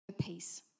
peace